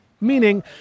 meaning